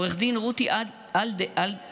עו"ד רותי אלדר,